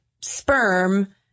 sperm